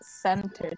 centered